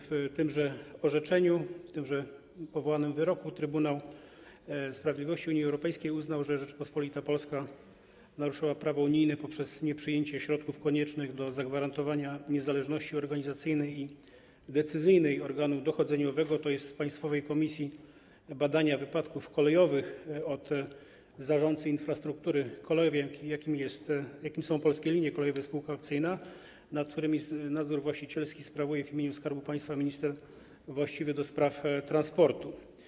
W tymże orzeczeniu, w tymże powołanym wyroku Trybunał Sprawiedliwości Unii Europejskiej uznał, że Rzeczpospolita Polska naruszyła prawo unijne poprzez nieprzyjęcie środków koniecznych do zagwarantowania niezależności organizacyjnej i decyzyjnej organu dochodzeniowego, tj. Państwowej Komisji Badania Wypadków Kolejowych, od zarządcy infrastruktury kolejowej, jakim są Polskie Linie Kolejowe Spółka Akcyjna, nad którymi nadzór właścicielski sprawuje w imieniu Skarbu Państwa minister właściwy do spraw transportu.